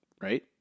right